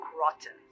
rotten